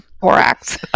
borax